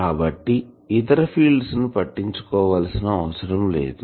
కాబట్టి ఇతర ఫీల్డ్స్ ను పట్టించుకోవాలిసిన అవసరం లేదు